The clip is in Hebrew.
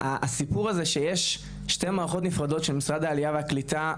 הסיפור הזה שיש שתי מערכות נפרדות של משרד העלייה והקליטה,